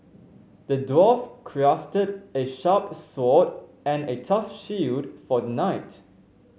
the dwarf crafted a sharp sword and a tough shield for the knight